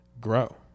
grow